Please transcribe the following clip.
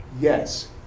Yes